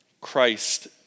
Christ